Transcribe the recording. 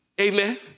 Amen